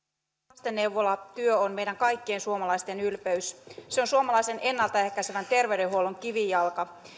lastenneuvolatyö on meidän kaikkien suomalaisten ylpeys se on suomalaisen ennalta ehkäisevän terveydenhuollon kivijalka